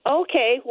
okay